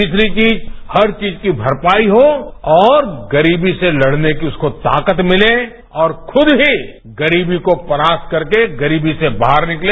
तीसरी चीज हर चीज की भरपाई हो और गरीबी से लड़ने की उसको ताकत भिले और खुद ही गरीबी को परास्त करके गरीबी से बाहर निकले